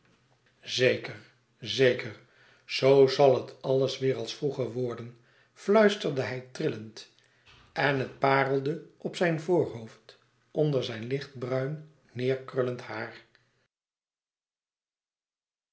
zeker zeker zoo zal het alles weêr als vroeger worden fluisterde hij trillend en het parelde op zijn voorhoofd onder zijn lichtbruin neêrkrullend